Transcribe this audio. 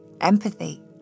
empathy